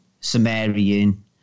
Sumerian